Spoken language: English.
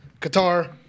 Qatar